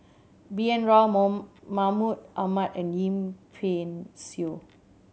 B N Rao Moon Mahmud Ahmad and Yip Pin Xiu